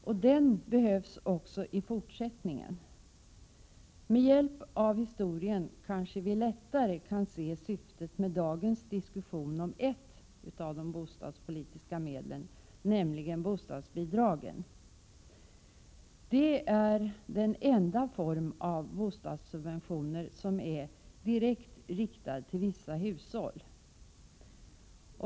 Denna politik behövs också i fortsättningen. Med hjälp av historien kanske vi lättare kan se syftet med dagens diskussion om ett av de bostadspolitiska medlen, nämligen bostadsbidragen. Dessa bostadsbidrag är den enda form av bostadssubventioner som är direkt riktad till vissa hushåll.